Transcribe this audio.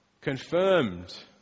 Confirmed